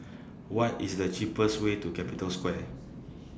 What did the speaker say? What IS The cheapest Way to Capital Square